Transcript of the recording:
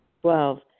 Twelve